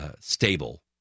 stable